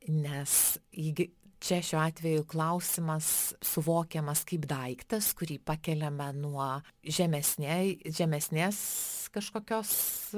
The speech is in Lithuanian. nes ji gi čia šiuo atveju klausimas suvokiamas kaip daiktas kurį pakeliame nuo žemesnėj žemesnės kažkokios